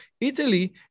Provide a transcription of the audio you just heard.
Italy